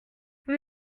vous